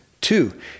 Two